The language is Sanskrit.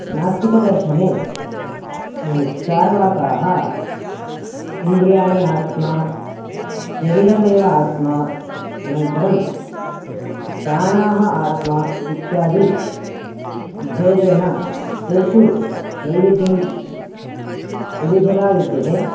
नास्तिकदर्शने चार्वाकाः इन्द्रियाणि आत्मा शरीरमेव आत्मा अनन्तरं प्राणाः आत्मा इत्यादिभेदेन तेषु वैविध्यं विविधता विद्यते